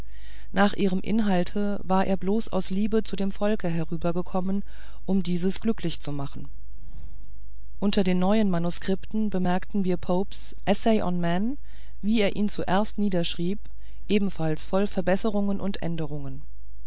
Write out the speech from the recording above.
nach ihrem inhalte war er bloß aus liebe zu dem volke herübergekommen um dieses glücklich zu machen unter den neuen manuskripten bemerkten wir popes essay on man so wie er ihn zuerst niederschrieb ebenfalls voll verbesserungen und änderungen